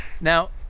Now